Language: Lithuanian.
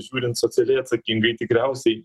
žiūrint socialiai atsakingai tikriausiai